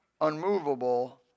unmovable